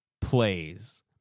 plays